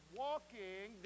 walking